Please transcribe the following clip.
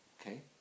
Okay